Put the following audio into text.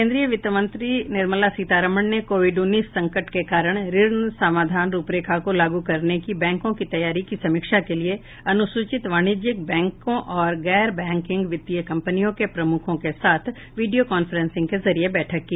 केन्द्रीय वित्त मंत्री निर्मला सीतारामन ने कोविड उन्नीस संकट के कारण ऋण समाधान रूपरेखा को लागू करने की बैंकों की तैयारी की समीक्षा के लिए अनुसूचित वाणिज्यिक बैंकों और गैर बैंकिंग वित्तीय कंपनियों के प्रमुखों के साथ वीडियो कॉन्फ्रेंसिंग के जरिए बैठक की